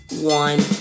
one